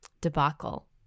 debacle